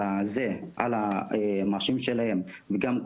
אלה שתפסו משחררים אותם למעצר